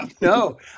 No